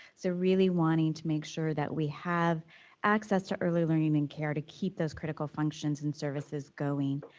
so really wanting to make sure that we have access to early learning and care to keep those critical functions and services going.